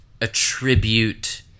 attribute